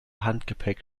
handgepäck